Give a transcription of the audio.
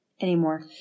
anymore